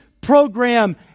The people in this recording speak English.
program